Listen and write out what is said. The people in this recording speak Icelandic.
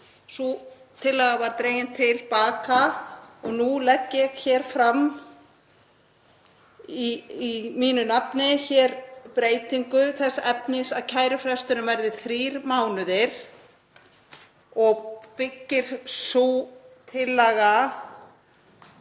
Sú tillaga var dregin til baka og nú legg ég hér fram í mínu nafni breytingu þess efnis að kærufresturinn verði þrír mánuðir og byggist sú tillaga